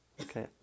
Okay